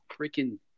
freaking